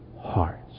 hearts